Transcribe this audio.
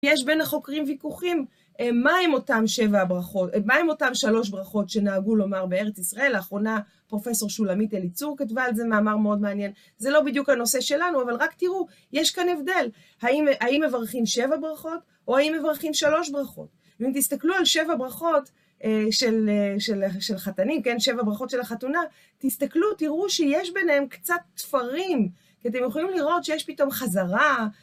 יש בין החוקרים ויכוחים, מה הם אותן שבע הברכות, מה עם אותן שלוש ברכות שנהגו לומר בארץ ישראל. לאחרונה פרופסור שולמית אליצור כתבה על זה מאמר מאוד מעניין. זה לא בדיוק הנושא שלנו, אבל רק תראו, יש כאן הבדל. האם מברכים שבע ברכות, או האם מברכים שלוש ברכות? ואם תסתכלו על שבע ברכות של חתנים, כן, שבע ברכות של החתונה, תסתכלו, תראו שיש ביניהם קצת תפרים, כי אתם יכולים לראות שיש פתאום חזרה.